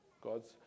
God's